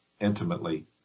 intimately